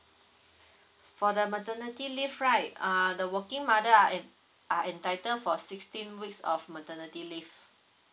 for the maternity leave right err the working mother are entitled for sixteen weeks of maternity leave